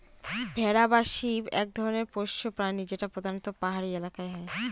ভেড়া বা শিপ এক ধরনের পোষ্য প্রাণী যেটা প্রধানত পাহাড়ি এলাকায় হয়